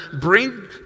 bring